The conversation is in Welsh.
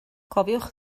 cofiwch